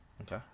Okay